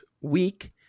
week